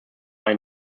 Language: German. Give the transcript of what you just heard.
ein